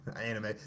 anime